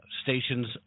stations